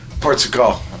Portugal